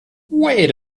wait